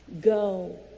Go